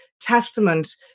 testament